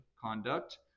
conduct